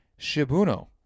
Shibuno